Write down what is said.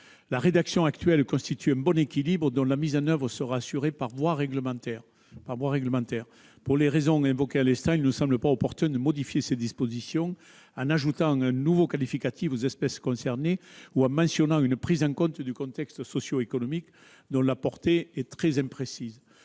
La rédaction actuelle constitue un bon équilibre, dont la mise en oeuvre sera assurée par voie réglementaire. Pour les raisons évoquées à l'instant, il ne nous semble pas opportun de modifier cette rédaction, que ce soit en ajoutant un nouveau qualificatif pour les espèces concernées ou en mentionnant une prise en compte du contexte socio-économique, dont la portée est très imprécise.